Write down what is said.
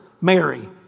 Mary